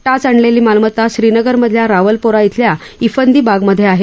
टाच आणलेली मालमत्ता श्रीनगरमधल्या रावलपोरा बिल्या किंदी बागमधे आहे